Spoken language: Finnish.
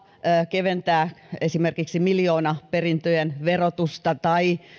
keventää esimerkiksi miljoonaperintöjen verotusta tai